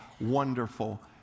Wonderful